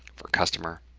for customer